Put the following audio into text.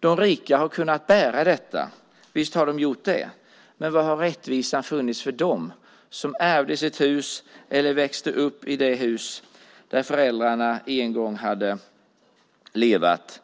De rika har kunnat bära detta, visst har de gjort det. Men var har rättvisan funnits för dem som ärvde sitt hus eller växte upp i det hus där föräldrarna en gång hade levt?